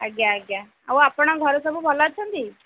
ଆଜ୍ଞା ଆଜ୍ଞା ଆଉ ଆପଣଙ୍କ ଘରେ ସବୁ ଭଲ ଅଛନ୍ତି